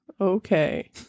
Okay